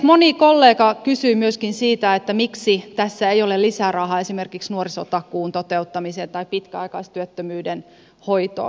moni kollega kysyi myöskin siitä miksi tässä ei ole lisärahaa esimerkiksi nuorisotakuun toteuttamiseen tai pitkäaikaistyöttömyyden hoitoon